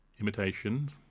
Imitation